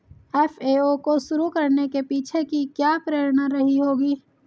FAO को शुरू करने के पीछे की क्या प्रेरणा रही होगी?